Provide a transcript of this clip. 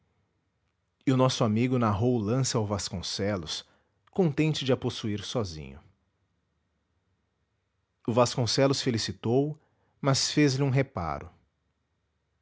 e o nosso amigo narrou o lance ao vasconcelos contente de a possuir sozinho o vasconcelos felicitou o mas fez-lhe um reparo